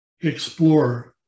explore